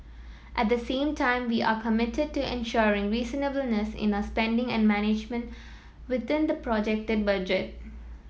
at the same time we are committed to ensuring reasonableness in our spending and management within the projected budget